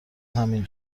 همین